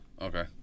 Okay